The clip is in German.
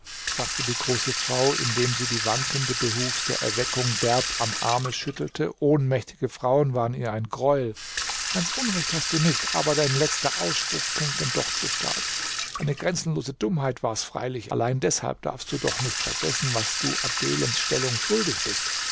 sagte die große frau indem sie die wankende behufs der erweckung derb am arme schüttelte ohnmächtige frauen waren ihr ein greuel ganz unrecht hast du nicht aber dein letzter ausspruch klingt denn doch zu stark eine grenzenlose dummheit war's freilich allein deshalb darfst du doch nicht vergessen was du adelens stellung schuldig bist